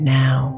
now